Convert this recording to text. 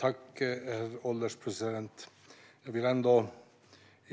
Herr ålderspresident! Jag vill